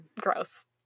gross